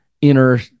inner